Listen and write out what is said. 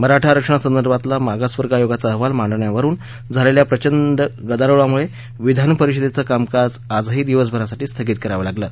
मराठा आरक्षणासंदर्भातला मागासवर्ग आयोगाचा अहवाल मांडण्यावरून झालेल्या प्रचंड गदारोळामुळे विधानपरिषदेचं कामकाज आजही दिवसभरासाठी स्थगित करावं लागलं